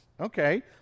Okay